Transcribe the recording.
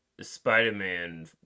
Spider-Man